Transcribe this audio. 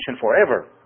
forever